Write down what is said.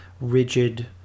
rigid